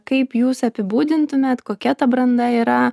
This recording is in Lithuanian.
kaip jūs apibūdintumėt kokia ta branda yra